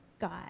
God